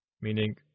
Meaning